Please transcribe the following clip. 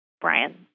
Brian